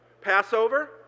Passover